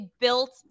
built